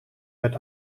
werd